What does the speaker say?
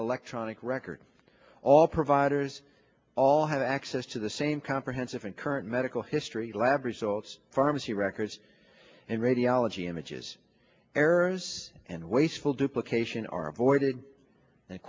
a lecture on it records all providers all have access to the same comprehensive and current medical history lab results pharmacy records and radiology images errors and wasteful duplications are avoided and